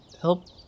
help